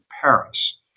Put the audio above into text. Paris